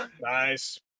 nice